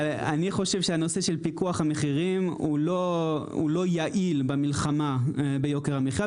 אבל אני חוש שהנושא של פיקוח מחירים הוא לא יעיל במלחמה ביוקר המחייה,